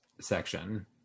section